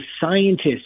scientists